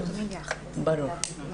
ברור.